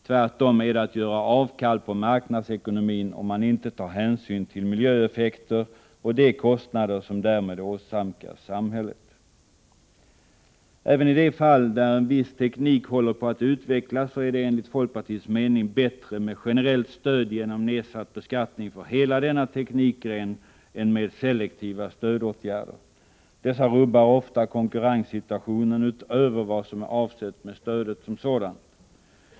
Tvärtom är det att göra avkall på marknadsekonomin om man inte tar hänsyn till miljöeffekter och de kostnader som därmed åsamkas samhället. Även i de fall där en viss teknik håller på att utvecklas är det enligt folkpartiets mening bättre med generellt stöd genom nedsatt beskattning för hela denna teknikgren än med selektiva stödåtgärder. Dessa rubbar ofta konkurrenssituationen utöver vad som är avsett med stödet som sådant.